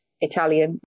Italian